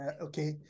Okay